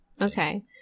Okay